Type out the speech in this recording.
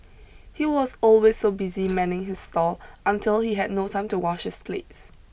he was always so busy manning his stall until he had no time to wash his plates